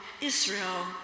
Israel